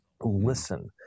Listen